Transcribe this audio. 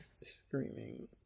Screaming